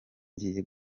ngiye